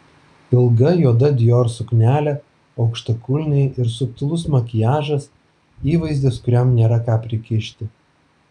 ilga juoda dior suknelė aukštakulniai ir subtilus makiažas įvaizdis kuriam nėra ką prikišti